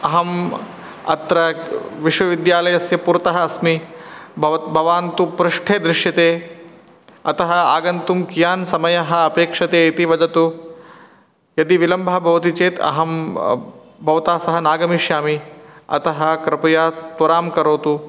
अहम् अत्र विश्वविद्यालयस्य पुरतः अस्मि भव् भवान् तु पृष्ठे दृश्यते अतः आगन्तुं कियान् समयः अपेक्ष्यते इति वदतु यदि विलम्बः भवति चेत् अहं भवता सह नागमिष्यामि अतः कृपया त्वरां करोतु